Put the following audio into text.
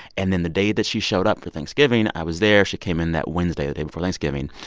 and then the day that she showed up for thanksgiving, i was there. she came in that wednesday, the day before thanksgiving.